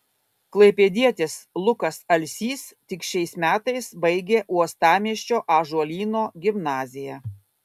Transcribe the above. klaipėdietis lukas alsys tik šiais metais baigė uostamiesčio ąžuolyno gimnaziją